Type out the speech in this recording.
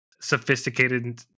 sophisticated